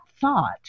thought